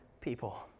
people